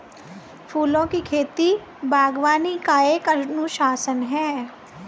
फूलों की खेती, बागवानी का एक अनुशासन है